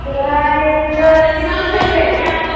ᱥᱚᱦᱨᱟᱭ ᱨᱮᱫᱚ ᱛᱤᱱ ᱡᱚᱠᱷᱚᱱ ᱠᱚ ᱮᱱᱮᱡᱼᱟ